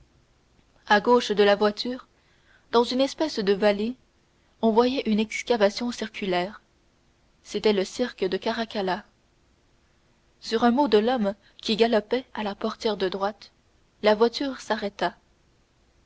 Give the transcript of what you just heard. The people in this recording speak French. à gauche de la voiture dans une espèce de vallée on voyait une excavation circulaire c'était le cirque de caracalla sur un mot de l'homme qui galopait à la portière de droite la voiture s'arrêta